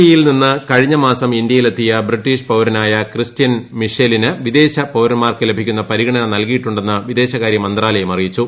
E യിൽ നിന്ന് കഴിഞ്ഞ മാസം ഇന്ത്യയിലെത്തിയ ബ്രിട്ടീഷ് പൌരനായ ക്രിസ്ത്യൻ മിഷേലിന് വിദ്ദേൾപൌരന്മാർക്ക് ലഭിക്കുന്ന പരിഗണന നൽകിയിട്ടുണ്ടെന്ന് വിദേശകാര്യമന്ത്രാലയം അറിയിച്ചു